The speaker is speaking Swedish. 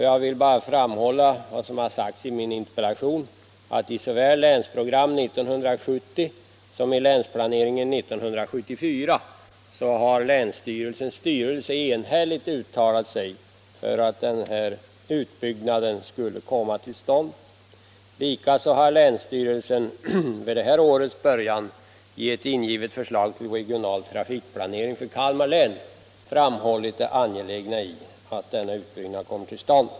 Jag vill bara framhålla vad som har sagts i min interpellation, att i såväl Länsprogram 1970 som Länsplan 1974 har länsstyrelsen enhälligt uttalat sig för att denna utbyggnad skulle komma till stånd. Likaså har länsstyrelsen vid årets början i ett förslag till regional trafikplanering för Kalmar län framhållit det angelägna i att utbyggnaden kommer till stånd.